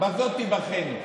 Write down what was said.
"בזאת תבחנו".